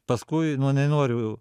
paskui nu nenoriu